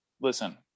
Listen